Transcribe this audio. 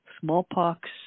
smallpox